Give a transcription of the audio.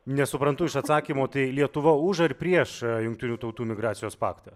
nesuprantu iš atsakymo tai lietuva už ar prieš jungtinių tautų migracijos paktą